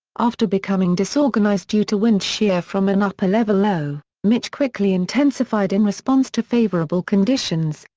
after becoming disorganized due to wind shear from an upper-level low, mitch quickly intensified in response to favorable conditions,